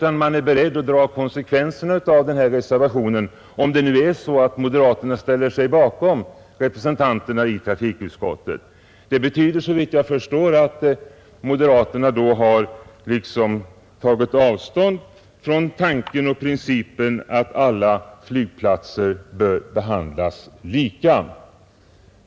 Är man beredd att dra konsekvenserna av denna reservation, om det nu är så att moderaterna ställer sig bakom sina representanter i trafikutskottet? Det betyder såvitt jag förstår att moderaterna då har tagit avstånd från tanken och principen att alla flygplatser bör behandlas lika.